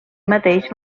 mateix